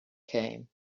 came